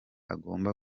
agomba